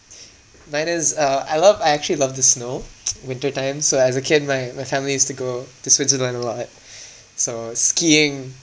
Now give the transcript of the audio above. mine is uh I love I actually love the snow winter time so as a kid my my family used to go to switzerland a lot so skiing